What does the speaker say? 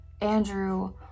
Andrew